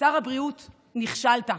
שר הבריאות, נכשלת.